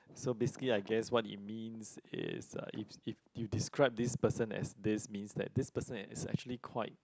so basically I guess what it means is uh if if you describe this person as this means that this person is actually quite